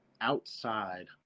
Outside